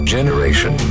Generation